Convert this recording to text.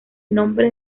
nombre